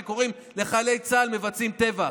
שקוראים: חיילי צה"ל מבצעים טבח.